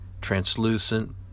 translucent